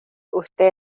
usted